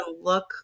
look